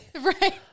Right